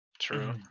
True